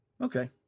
Okay